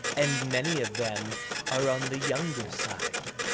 and many of them are on the younger side.